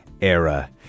Era